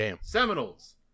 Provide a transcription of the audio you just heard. Seminoles